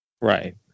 right